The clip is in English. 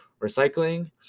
recycling